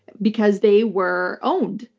because they were owned,